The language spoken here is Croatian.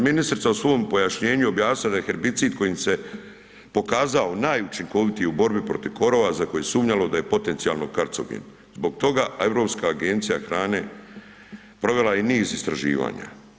Ministrica u svom pojašnjenju objasnila da je herbicid kojim se pokazao najučinkovitiji u borbi protiv korova, za koje se sumnjalo da je potencijalno karcogen, zbog toga Europska agencija hrane provela je niz istraživanja.